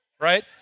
Right